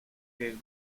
que